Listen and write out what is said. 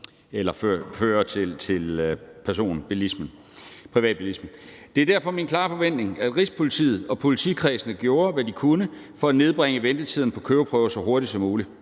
eller førere til privatbilisme. Det var derfor min klare forventning, at Rigspolitiet og politikredsene gjorde, hvad de kunne, for at nedbringe ventetiden på køreprøver så hurtigt som muligt.